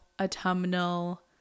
autumnal